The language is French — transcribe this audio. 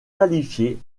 qualifiés